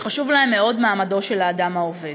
שחשוב להן מאוד מעמדו של האדם העובד: